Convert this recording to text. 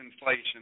inflation